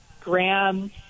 graham